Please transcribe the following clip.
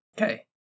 Okay